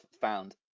found